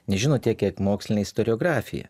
nežino tiek kiek mokslinė istoriografija